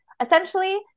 Essentially